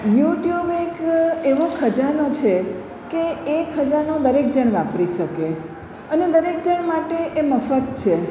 YouTube એક એવો ખજાનો છે કે એ ખજાનો દરેક જણ વાપરી શકે અને દરેક જણ માટે એ મફત છે